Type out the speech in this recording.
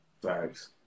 Thanks